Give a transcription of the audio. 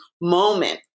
moment